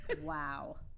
Wow